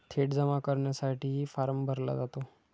थेट जमा करण्यासाठीही फॉर्म भरला जातो